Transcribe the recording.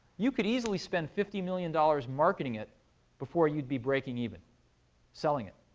you could easily spend fifty million dollars marketing it before you'd be breaking even selling it,